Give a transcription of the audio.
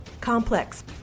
Complex